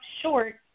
short